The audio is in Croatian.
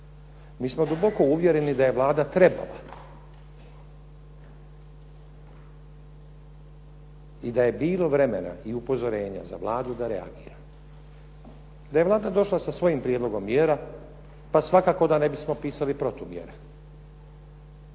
Mi smo duboko uvjereni da je Vlada trebala i da je bilo vremena i upozorenja za Vladu da reagira. Da je Vlada došla sa svojim prijedlogom mjera, pa svakako da ne bismo pisali protumjere,